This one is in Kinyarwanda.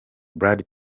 brad